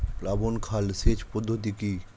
প্লাবন খাল সেচ পদ্ধতি কি?